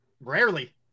Rarely